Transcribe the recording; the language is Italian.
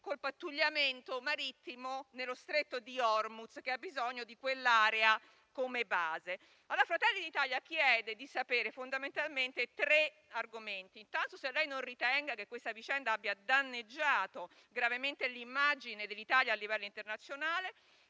col pattugliamento marittimo nello stretto di Ormuz, che ha bisogno di quell'area come base. Fratelli d'Italia chiede di sapere fondamentalmente tre questioni. Intanto, vorremmo sapere se non ritenga che questa vicenda abbia danneggiato gravemente l'immagine dell'Italia a livello internazionale.